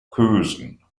kösen